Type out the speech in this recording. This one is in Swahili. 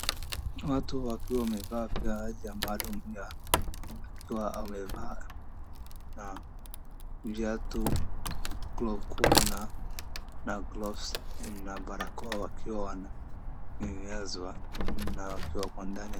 Watu wakiwa wamevaa vazi maalum ya, wakiwa wamevaa na viatu, crocks kubwa na na gloves na barakoa wakiwa wana elezwa na watu wako ndani.